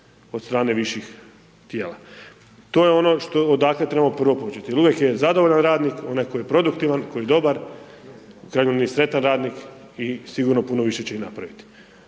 od strane viših tijela. To je ono što, odakle trebamo prvo početi jer uvijek je zadovoljan radnik onaj koji je produktivan, koji je dobar, u krajnjoj liniji sretan radnik i sigurno puno više će i napraviti.